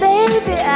Baby